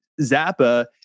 Zappa